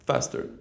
Faster